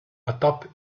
atop